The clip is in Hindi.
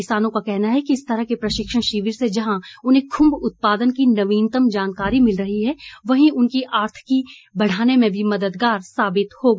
किसानों का कहना है कि इस तरह के प्रशिक्षण शिविर से जहां उन्हें खुम्ब उत्पादन की नवीनतम जानकारी मिल रही है वहीं उनकी आर्थिकी बढ़ाने में भी मददगार साबित होगा